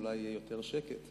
ואולי יהיה יותר שקט.